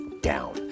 down